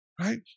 Right